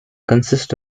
consist